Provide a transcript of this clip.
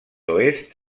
oest